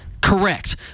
Correct